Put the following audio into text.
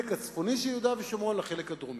הצפוני של יהודה ושומרון לבין החלק הדרומי.